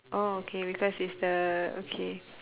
oh okay because it's the okay